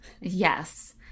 Yes